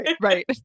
right